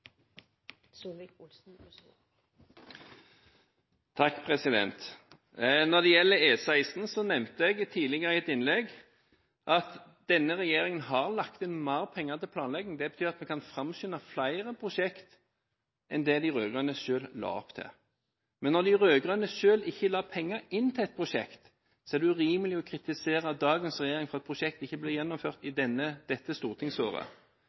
Når det gjelder E16, nevnte jeg i et tidligere innlegg at denne regjeringen har lagt inn mer penger til planlegging. Det betyr at vi kan framskynde flere prosjekter enn det de rød-grønne selv la opp til. Men når de rød-grønne selv ikke la penger i et prosjekt, er det urimelig å kritisere dagens regjering for at et prosjekt ikke blir gjennomført dette stortingsåret.